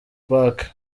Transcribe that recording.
park